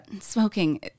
smoking